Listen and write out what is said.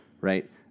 right